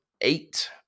eight